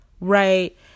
right